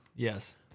Yes